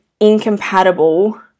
incompatible